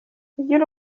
ujye